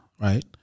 right